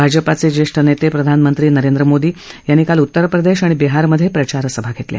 भाजपाचे ज्येष्ठ नेते प्रधानमंत्री नरेंद्र मोदी यांनी काल उत्तरप्रदेश आणि बिहारमधे प्रचारसभा घेतल्या